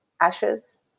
Ashes